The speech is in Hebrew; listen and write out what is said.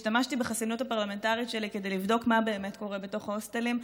השתמשתי בחסינות הפרלמנטרית שלי כדי לבדוק מה באמת קורה בתוך ההוסטלים.